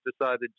decided